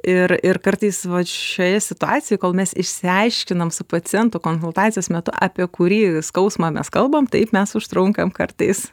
ir ir kartais šioje situacijoj kol mes išsiaiškinam su pacientu konsultacijos metu apie kurį skausmą mes kalbam taip mes užtrunkam kartais